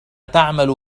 تعمل